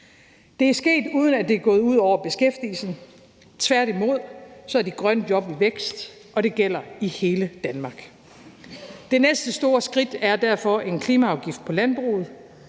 Det er sket, uden at det er gået ud over beskæftigelsen. Tværtimod er de grønne job i vækst, og det gælder i hele Danmark. Det næste store skridt er derfor en klimaafgift på landbruget.